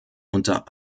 unter